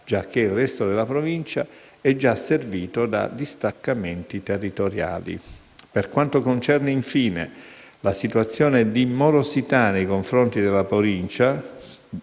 giacché il resto della Provincia è già servito da distaccamenti territoriali. Per quanto concerne, infine, la situazione di morosità nei confronti della Provincia